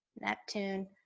Neptune